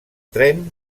tren